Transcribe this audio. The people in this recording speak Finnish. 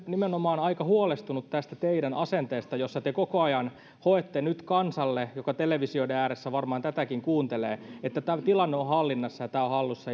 nimenomaan aika huolestunut tästä teidän asenteestanne kun te koko ajan hoette nyt kansalle joka televisioiden ääressä varmaan tätäkin kuuntelee että tämä tilanne on hallinnassa